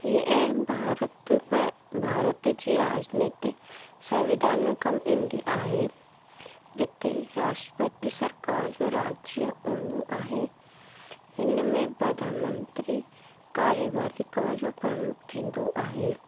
हीअ भारत त भारत जे राजनैतिक सविधान में कम ईंदी आहे जिते राष्ट्रपति सरकार जो राज्य हूंदो आहे हिन में प्रधानमंत्री कार्य पालिका जो कमु थींदो आहे